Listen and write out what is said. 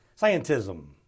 scientism